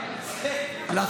איזה הישג.